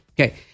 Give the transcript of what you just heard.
Okay